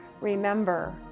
Remember